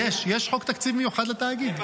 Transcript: יש, יש חוק תקציב מיוחד לתאגיד.